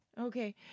Okay